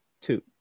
two